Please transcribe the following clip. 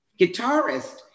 guitarist